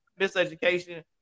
MisEducation